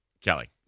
Kelly